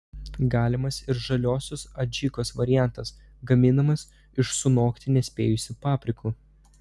galimas ir žaliosios adžikos variantas gaminamas iš sunokti nespėjusių paprikų